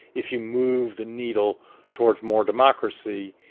if you move the needle towards more democracy,